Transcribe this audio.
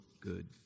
good